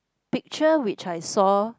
picture which I saw